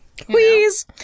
Please